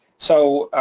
so,